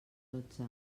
dotze